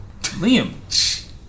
Liam